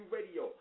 Radio